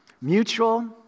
Mutual